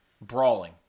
brawling